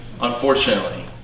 Unfortunately